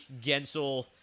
Gensel